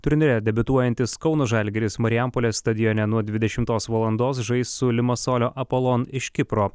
turnyre debiutuojantis kauno žalgiris marijampolės stadione nuo dvidešimtos valandos žais su lima solio apolon iš kipro